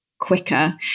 quicker